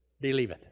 believeth